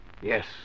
Yes